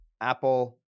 Apple